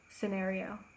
scenario